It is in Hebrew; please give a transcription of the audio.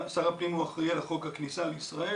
שר הפנים אחראי על חוק הכניסה לישראל.